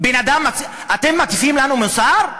אתם מטיפים לנו מוסר?